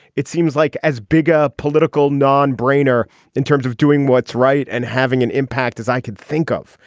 it seems like as big a political non brainer in terms of doing what's right and having an impact as i could think of.